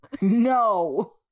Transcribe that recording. No